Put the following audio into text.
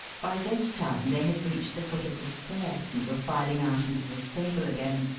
by this time they had reached the foot of the stairs and were filing out into the stable again,